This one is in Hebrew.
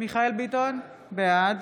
מיכאל מרדכי ביטון, בעד